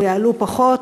או יעלו פחות.